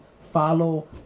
follow